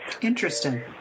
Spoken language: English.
Interesting